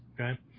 Okay